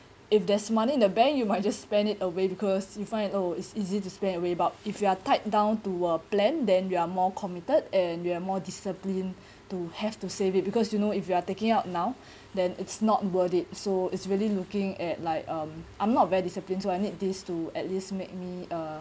if there's money in the bank you might just spend it away because you find it oh it's easy to spend away about if you are tied down to a plan then you are more committed and we are more disciplined to have to save it because you know if you are taking out now then it's not worth it so it's really looking at like um I'm not very disciplined so I need this to at least make me uh